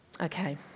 Okay